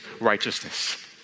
righteousness